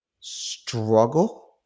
struggle